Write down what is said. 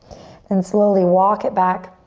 then slowly walk it back,